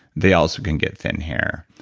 they also can get thin hair.